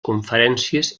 conferències